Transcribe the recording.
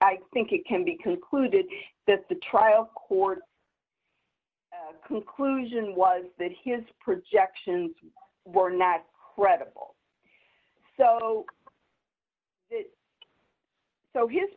i think it can be concluded that the trial court conclusion was that his projections were not credible so so his